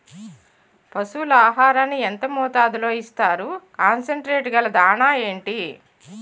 పశువుల ఆహారాన్ని యెంత మోతాదులో ఇస్తారు? కాన్సన్ ట్రీట్ గల దాణ ఏంటి?